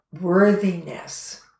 worthiness